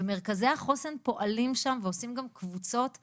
מרכזי החוסן פועלים שם ועושים גם קבוצות לילדים,